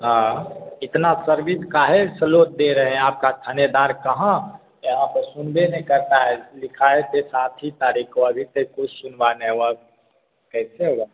हाँ इतना सर्विस काहे स्लो दे रहे हैं आपका थानेदार कहाँ यहाँ पर सुनबे नहीं करता है लिखाए थे सात ही तारीख को अभी तक कोई सुनवाई नहीं हुआ कैसे होगा